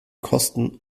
kosten